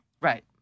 Right